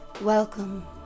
Welcome